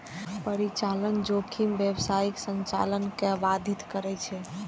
परिचालन जोखिम व्यावसायिक संचालन कें बाधित करै छै